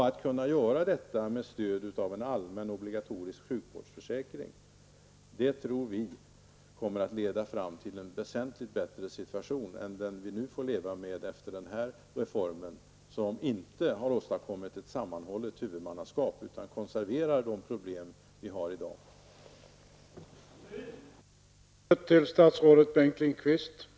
Att kunna genomföra detta med stöd av en allmän obligatorisk sjukförsäkring tror vi kommer att leda fram till en väsentligt bättre situation än den som vi nu får leva med efter den här reformen, som inte har åstadkommit ett sammanhållet huvudmannaskap, utan konserverar de problem som vi i dag har.